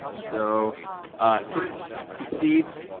so sort of succeeds.